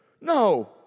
No